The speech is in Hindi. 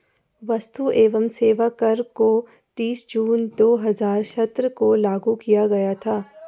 वस्तु एवं सेवा कर को तीस जून दो हजार सत्रह को लागू किया गया था